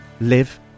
live